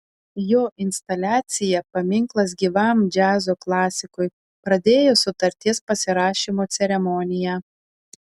jo instaliacija paminklas gyvam džiazo klasikui pradėjo sutarties pasirašymo ceremoniją